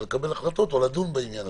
וזה קצת מפחיד אותי.